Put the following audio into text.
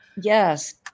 Yes